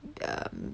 the mm